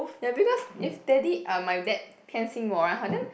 ya because if daddy uh my dad 偏心我 ah 然后 then